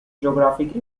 geographic